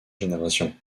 génération